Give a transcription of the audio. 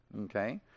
okay